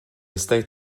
estate